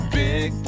big